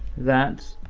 that